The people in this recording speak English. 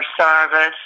service